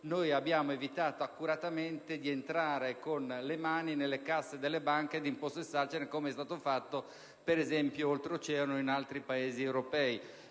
noi abbiamo evitato accuratamente di entrare con le mani nelle casse delle banche e di impossessarcene, come è stato fatto, per esempio, oltreoceano e in altri Paesi europei.